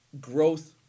growth